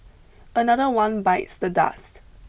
another one bites the dust